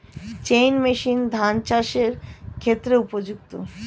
Chain machine ধান চাষের ক্ষেত্রে উপযুক্ত?